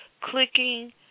clicking